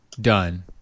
done